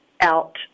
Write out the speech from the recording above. out